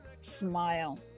smile